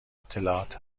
اطلاعات